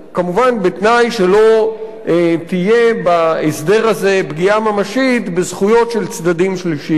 כמובן בתנאי שלא תהיה בהסדר הזה פגיעה ממשית בזכויות של צדדים שלישיים.